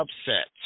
upset